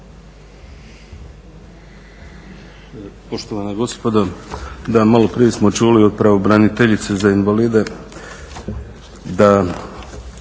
Poštovana gospodo, da, maloprije smo čuli od pravobraniteljice za invalide da